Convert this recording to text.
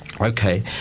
Okay